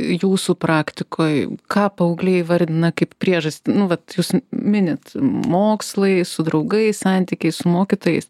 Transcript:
jūsų praktikoj ką paaugliai įvardina kaip priežastį nu vat jūs minit mokslai su draugais santykiai su mokytojais